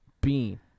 bean